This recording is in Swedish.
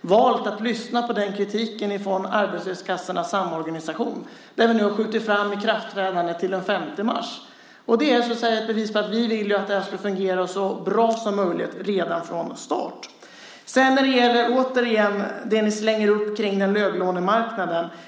valt att lyssna på kritiken från Arbetslöshetskassornas samorganisation. Vi har nu skjutit fram ikraftträdandet till den 5 mars. Det är ett bevis på att vi vill att det här ska fungera så bra som möjligt redan från start. Så till det ni slänger ur er när det gäller låglönemarknaden.